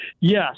Yes